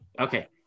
Okay